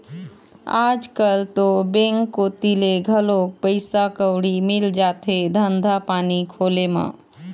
आजकल तो बेंक कोती ले घलोक पइसा कउड़ी मिल जाथे धंधा पानी खोले म